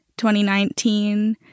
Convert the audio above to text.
2019